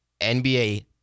NBA